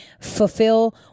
fulfill